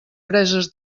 preses